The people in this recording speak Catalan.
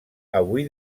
avui